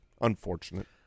unfortunate